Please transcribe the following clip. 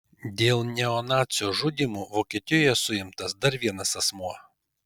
dėl neonacių žudymų vokietijoje suimtas dar vienas asmuo